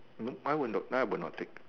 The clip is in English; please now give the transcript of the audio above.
no I would not I would not take